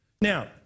Now